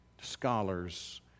scholars